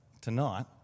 tonight